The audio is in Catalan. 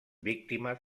víctimes